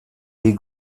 des